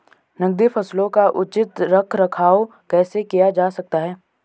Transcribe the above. नकदी फसलों का उचित रख रखाव कैसे किया जा सकता है?